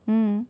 hmm mm